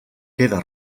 queda